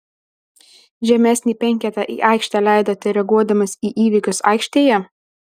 žemesnį penketą į aikštę leidote reaguodamas į įvykius aikštėje